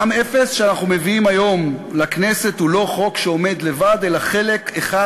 מע"מ אפס שאנחנו מביאים היום לכנסת הוא לא חוק שעומד לבד אלא חלק אחד